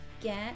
get